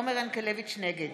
נגד